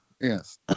yes